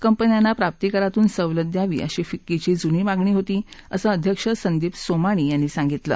कंपन्यांना प्राप्तीकरातून सवलत द्यावी अशी फिक्कीची जुनी मागणी होती असं अध्यक्ष संदीप सोमाणी यांनी सांगितलं